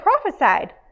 prophesied